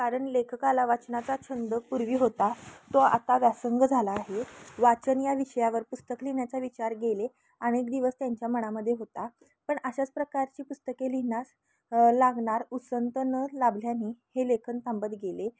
कारण लेखकाला वाचनाचा छंद पूर्वी होता तो आता व्यासंग झाला आहे वाचन या विषयावर पुस्तक लिहिण्याचा विचार गेले अनेक दिवस त्यांच्या मनामध्ये होता पण अशाच प्रकारची पुस्तके लिहिण्यास लागणारा उसंत न लाभल्याने हे लेखन त थांबत गेले